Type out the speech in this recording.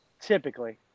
Typically